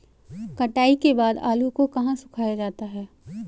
कटाई के बाद आलू को कहाँ सुखाया जाता है?